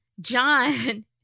John